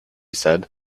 said